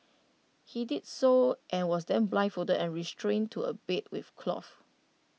he did so and was then blindfolded and restrained to A bed with cloth